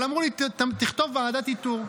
אבל אמרו לי: תכתוב ועדת איתור.